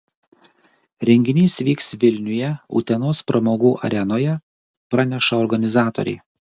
renginys vyks vilniuje utenos pramogų arenoje praneša organizatoriai